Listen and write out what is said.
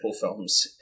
films